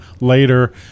later